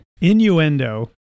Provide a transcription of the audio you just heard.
innuendo